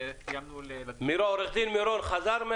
עורך דין מירון נמצא?